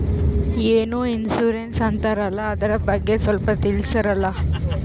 ಏನೋ ಇನ್ಸೂರೆನ್ಸ್ ಅಂತಾರಲ್ಲ, ಅದರ ಬಗ್ಗೆ ಸ್ವಲ್ಪ ತಿಳಿಸರಲಾ?